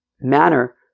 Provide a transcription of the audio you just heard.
manner